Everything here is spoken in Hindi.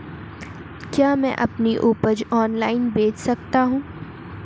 क्या मैं अपनी उपज ऑनलाइन बेच सकता हूँ?